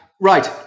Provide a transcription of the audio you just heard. Right